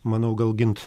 manau gal gint